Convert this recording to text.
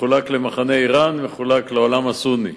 הוא מחולק למחנה אירן ומחולק לעולם הסוני,